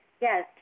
Yes